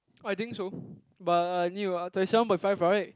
I think so but I need to uh thirty seven point five right